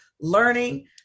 learning